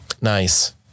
nice